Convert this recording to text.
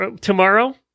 tomorrow